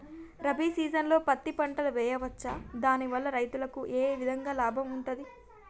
రబీ సీజన్లో పత్తి పంటలు వేయచ్చా దాని వల్ల రైతులకు ఏ విధంగా లాభం ఉంటది?